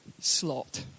slot